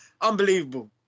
Unbelievable